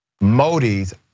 Modi's